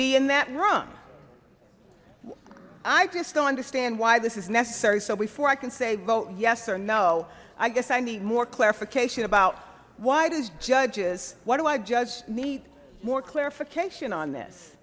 be in that room i just don't understand why this is necessary so before i can say vote yes or no i guess i need more clarification about why does judges what do i just need more clarification on this